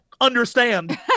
understand